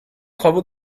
travaux